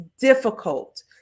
difficult